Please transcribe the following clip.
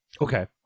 Okay